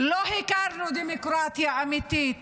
לא הכרנו דמוקרטיה אמיתית,